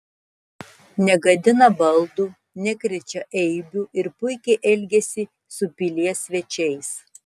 negadina baldų nekrečia eibių ir puikiai elgiasi su pilies svečiais